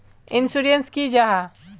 Insurance की जाहा?